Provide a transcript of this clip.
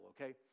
okay